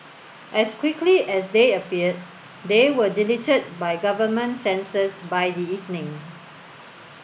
as quickly as they appeared they were deleted by government censors by the evening